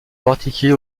particulier